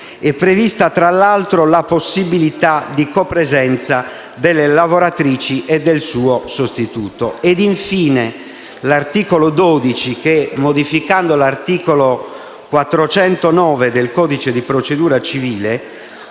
È prevista, tra l'altro, la possibilità di copresenza della lavoratrice e del suo sostituto.